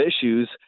issues